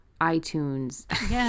iTunes